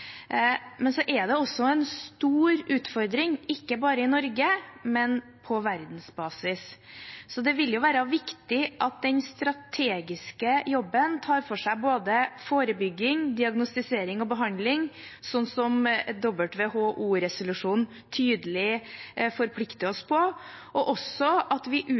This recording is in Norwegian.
Men dette er en stor utfordring ikke bare i Norge, men også på verdensbasis, så det vil jo være viktig at den strategiske jobben tar for seg både forebygging, diagnostisering og behandling, slik WHO-resolusjonen tydelig forplikter oss til, og at vi